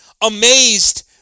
amazed